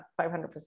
500%